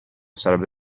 sarebbe